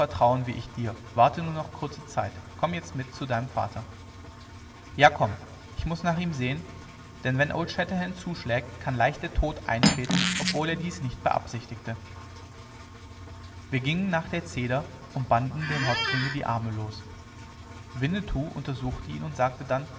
vertrauen wie ich dir warte nur noch kurze zeit komm jetzt mit zu deinem vater ja komm ich muß nach ihm sehen denn wenn old shatterhand zuschlägt kann leicht der tod eintreten obwohl er dies nicht beabsichtigte wir gingen nach der zeder und banden dem häuptlinge die arme los winnetou untersuchte ihn und sagte dann